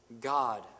God